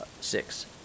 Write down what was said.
six